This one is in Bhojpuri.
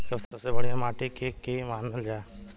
सबसे बढ़िया माटी के के मानल जा?